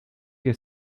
que